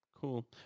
Cool